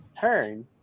turn